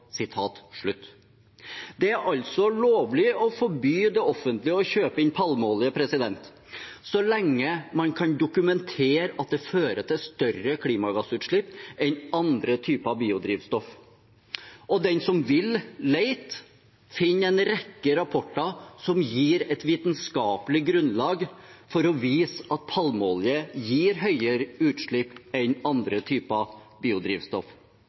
Det er altså lovlig å forby det offentlige å kjøpe inn palmeolje så lenge man kan dokumentere at det fører til større klimagassutslipp enn andre typer biodrivstoff. Den som vil lete, finner en rekke rapporter som gir et vitenskapelig grunnlag for å vise at palmeolje gir høyere utslipp enn andre typer biodrivstoff.